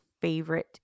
favorite